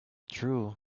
true